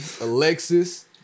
Alexis